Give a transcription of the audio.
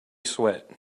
sweat